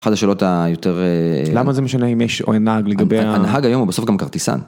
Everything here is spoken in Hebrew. אחת השאלות היותר... למה זה משנה אם יש או אין נהג לגבי ה... הנהג היום הוא בסוף גם כרטיסן.